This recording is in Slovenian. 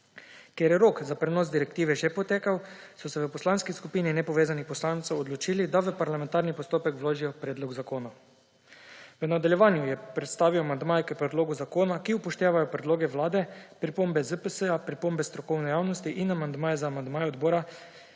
Ker je rok za prenos direktive že potekel, so se v Poslanski skupini nepovezanih poslancev odločili, da v parlamentarni postopek vložijo predlog zakona. V nadaljevanju je predstavil amandmaje k predlogu zakona, ki upoštevajo predloge Vlade, pripombe ZPS, pripombe strokovne javnosti, in amandmaja za amandmaja odbora,